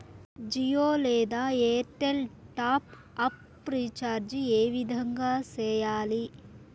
జియో లేదా Airtel top up recharge ఏ విధంగా సేయాలి